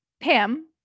Pam